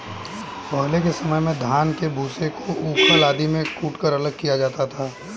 पहले के समय में धान के भूसे को ऊखल आदि में कूटकर अलग किया जाता था